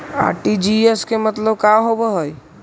RTGS के मतलब का होव हई?